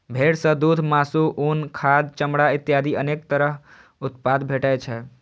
भेड़ सं दूघ, मासु, उन, खाद, चमड़ा इत्यादि अनेक तरह उत्पाद भेटै छै